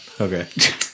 okay